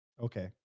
okay